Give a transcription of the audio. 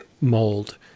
mold